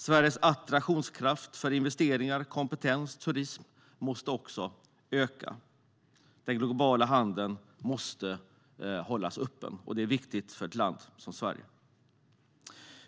Sveriges attraktionskraft för investeringar, kompetens och turism måste öka. Den globala handeln måste hållas öppen. Det är viktigt för Sverige.